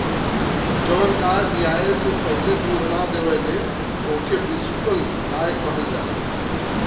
जवन गाय बियाये से पहिले दूध ना देवेली ओके बिसुकुल गईया कहल जाला